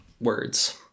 words